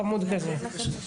חמוד כזה.